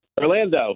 Orlando